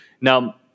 Now